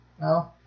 No